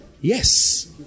Yes